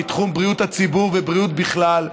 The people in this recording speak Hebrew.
מתחום בריאות הציבור ובריאות בכלל,